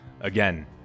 Again